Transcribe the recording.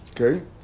okay